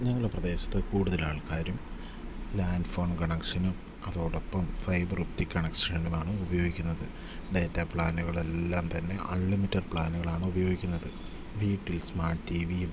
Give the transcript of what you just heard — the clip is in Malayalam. ഞങ്ങളെ പ്രദേശത്ത് കൂടുതലാൾക്കാരും ലാൻഡ് ഫോൺ കണക്ഷനും അതോടൊപ്പം ഫൈബർ ഒപ്റ്റിക് കണക്ഷനുകളാണ് ഉപയോഗിക്കുന്നത് ഡേറ്റ പ്ലാനുകളെല്ലാം തന്നെ അൺലിമിറ്റഡ് പ്ലാനുകളാണ് ഉപയോഗിക്കുന്നത് വീട്ടിൽ സ്മാർട്ട് റ്റി വിയും